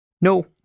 No